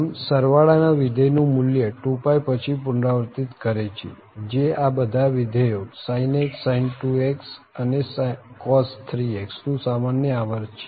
આમ સરવાળા ના વિધેયનું મુલ્ય 2π પછી પુનરાવર્તિત કરે છે જે આ બધા જ વિધેયો sin x sin 2x અને cos 3x નું સામાન્ય આવર્ત છે